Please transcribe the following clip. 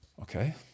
Okay